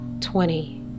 twenty